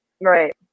right